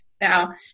Now